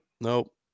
Nope